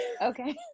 Okay